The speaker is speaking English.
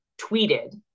tweeted